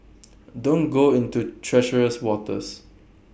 don't go into treacherous waters